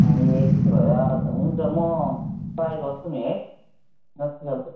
ए त्यसो भएर हुन्छ म ट्राई गर्छु नि है जतिसक्दो